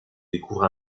découvre